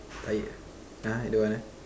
tired ah !huh! don't want ah